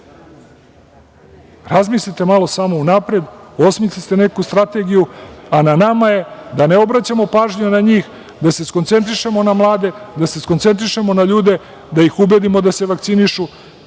Razmislite malo samo unapred, osmislite neku strategiju, a na nama je da ne obraćamo pažnju na njih, da se skoncentrišemo na mlade, da se skoncentrišemo na ljude, da ih ubedimo da se vakcinišu,